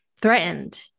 threatened